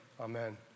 amen